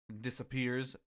disappears